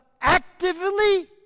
actively